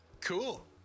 cool